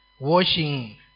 washing